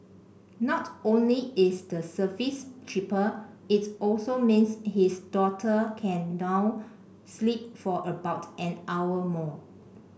not only is the service cheaper it also means his daughter can now sleep for about an hour more